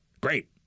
Great